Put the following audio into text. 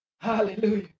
Hallelujah